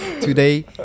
Today